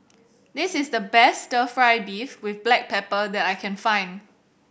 this is the best Stir Fry beef with black pepper that I can find